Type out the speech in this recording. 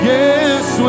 Yes